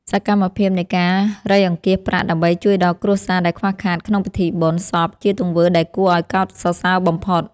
សកម្មភាពនៃការរៃអង្គាសប្រាក់ដើម្បីជួយដល់គ្រួសារដែលខ្វះខាតក្នុងពិធីបុណ្យសព ជាទង្វើដែលគួរឱ្យគោរពសរសើរបំផុត។